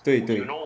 对对